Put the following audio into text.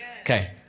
Okay